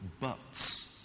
buts